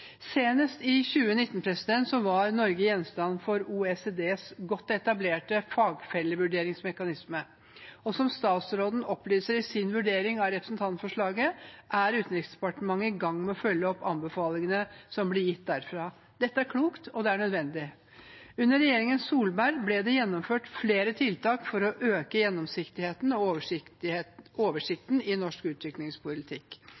Senest i 2019 var Norge gjenstand for OECDs godt etablerte fagfellevurderingsmekanisme. Som statsråden opplyser i sin vurdering av representantforslaget, er Utenriksdepartementet i gang med å følge opp anbefalingene som ble gitt derfra. Dette er klokt, og det er nødvendig. Under regjeringen Solberg ble det gjennomført flere tiltak for å øke gjennomsiktigheten og